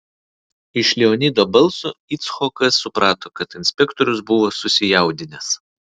iš leonido balso icchokas suprato kad inspektorius buvo susijaudinęs